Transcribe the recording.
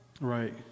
Right